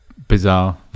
Bizarre